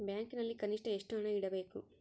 ಬ್ಯಾಂಕಿನಲ್ಲಿ ಕನಿಷ್ಟ ಎಷ್ಟು ಹಣ ಇಡಬೇಕು?